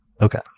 Okay